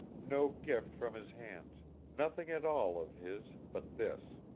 no gift from his hands nothing at all of his but this.